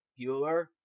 Bueller